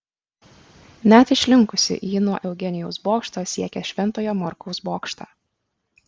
net išlinkusi ji nuo eugenijaus bokšto siekia šventojo morkaus bokštą